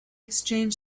exchanged